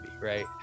right